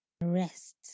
Rest